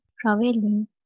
traveling